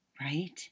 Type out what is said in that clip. Right